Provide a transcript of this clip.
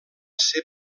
ser